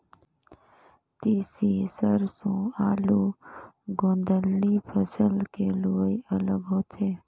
तिसी, सेरसों, आलू, गोदंली फसल के लुवई अलग होथे